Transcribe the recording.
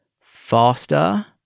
faster